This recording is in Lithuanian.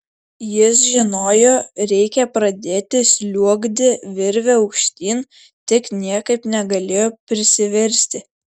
jis žinojo reikia pradėti sliuogti virve aukštyn tik niekaip negalėjo prisiversti